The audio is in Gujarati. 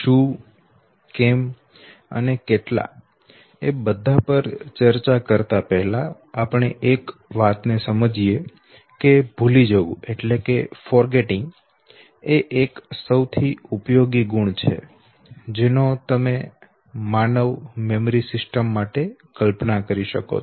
શું કેમ અને કેટલા એ બધા પર ચર્ચા કરતા પહેલાં આપણે એક વાતને સમજીએ કે ભૂલી જવું એ એક સૌથી ઉપયોગી ગુણ છે જેનો તમે માનવ મેમરી સિસ્ટમ માટે કલ્પના કરી શકો છો